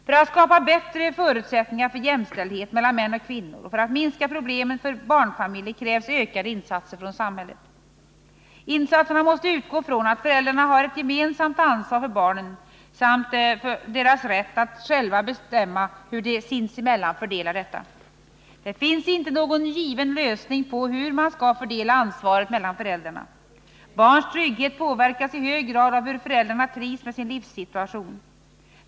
För att skapa bättre förutsättningar för jämställdhet mellan män och kvinnor och för att minska problemen för barnfamiljer krävs ökade insatser av samhället. Insatserna måste utgå från att föräldrarna har ett gemensamt ansvar för barnen samt från deras rätt att själva bestämma hur de sinsemellan fördelar detta. Det finns inte någon given lösning på hur man skall fördela ansvaret mellan föräldrarna. Barns trygghet påverkas i hög grad av hur föräldrarna trivs med sin livssituation.